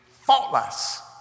faultless